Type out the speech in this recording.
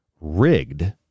rigged